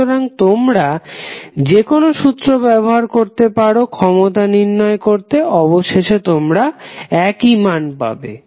সুতরাং তোমরা যেকোনো সূত্র ব্যবহার করতে পারো ক্ষমতা নির্ণয় করতে অবশেষে তোমরা একই মান পাবে